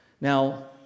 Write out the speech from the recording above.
Now